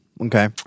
Okay